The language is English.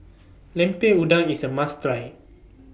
Lemper Udang IS A must Try